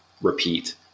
repeat